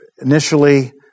initially